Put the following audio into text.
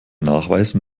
nachweisen